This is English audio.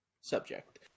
subject